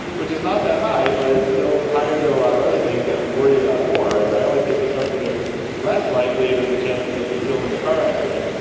which is not that high but it's still higher than a lot of other things that we worry about more. and i always think if something is less likely then the chance you'll be killed in a car accident,